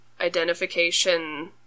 identification